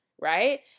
right